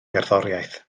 gerddoriaeth